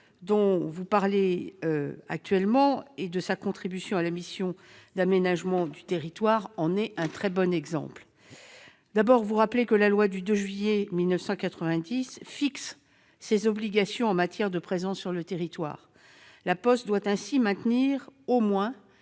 La Poste, au travers de sa contribution à la mission d'aménagement du territoire, en est un très bon exemple. La loi du 2 juillet 1990 fixe ses obligations en matière de présence sur le territoire. La Poste doit ainsi maintenir au moins